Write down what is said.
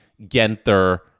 Genther